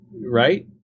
right